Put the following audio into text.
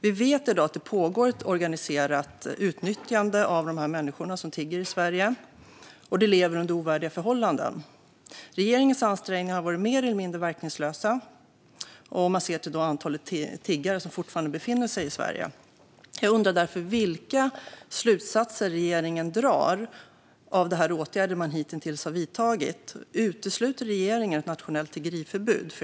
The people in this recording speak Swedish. Vi vet i dag att det pågår ett organiserat utnyttjande av de här människorna som tigger i Sverige, och de lever under ovärdiga förhållanden. Regeringens ansträngningar har varit mer eller mindre verkningslösa om man ser till antalet tiggare som fortfarande befinner sig i Sverige. Jag undrar därför vilka slutsatser regeringen drar av de åtgärder man hitintills har vidtagit. Utesluter regeringen ett nationellt tiggeriförbud?